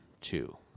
two